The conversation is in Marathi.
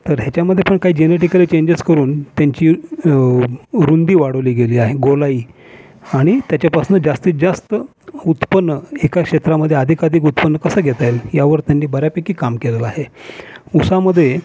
तर हेच्यामध्ये पण काही जेनेटिकली चेंजेस करून तेंची रुंदी वाढवली गेली आहे गोलाई आणि तेच्यापासनं जास्तीत जास्त उत्पन्न एका क्षेत्रामध्ये आधिकाधिक उत्पन्न कसं घेता येईल यावर त्यांनी बऱ्यापैकी काम केलेलं आहे उसामध्ये